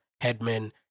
headmen